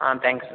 ah thanks sir